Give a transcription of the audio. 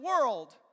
world